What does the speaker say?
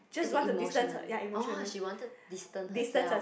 as in emotionally orh she wanted to distant herself